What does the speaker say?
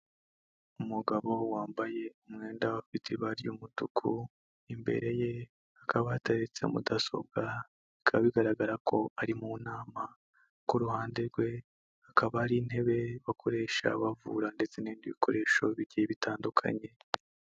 Umugabo wambaye umwenda ufite ibara ry'umutuku, imbere ye hakaba hateretse mudasobwa, bikaba bigaragara ko ari mu nama, ku ruhande rwe hakaba hari intebe bakoresha bavura ndetse n'ibindi bikoresho bigiye bitandukanye.